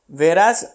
Whereas